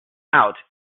out